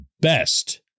best